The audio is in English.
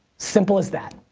simple as that,